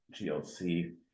GLC